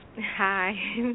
Hi